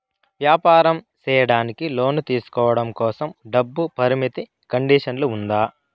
వ్యాపారం సేయడానికి లోను తీసుకోవడం కోసం, డబ్బు పరిమితి కండిషన్లు ఉందా?